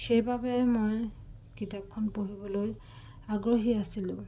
সেইবাবে মই কিতাপখন পঢ়িবলৈ আগ্ৰহী আছিলোঁ